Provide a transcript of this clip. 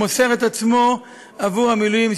הוא מוסר את עצמו עבור המילואים,